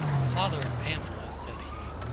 the father of pamphilus, said he,